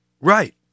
right